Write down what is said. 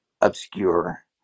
obscure